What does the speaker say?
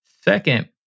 second